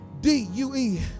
D-U-E